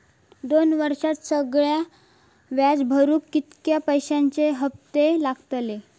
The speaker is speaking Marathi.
दोन वर्षात सगळा व्याज भरुक कितक्या पैश्यांचे हप्ते लागतले?